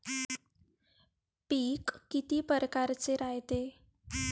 पिकं किती परकारचे रायते?